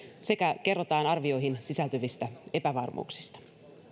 sekä kerrotaan arvioihin sisältyvistä epävarmuuksista